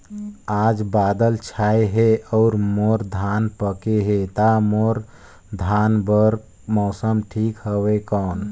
आज बादल छाय हे अउर मोर धान पके हे ता मोर धान बार मौसम ठीक हवय कौन?